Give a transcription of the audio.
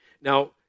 Now